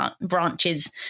branches